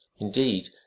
Indeed